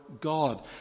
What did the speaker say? God